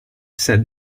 said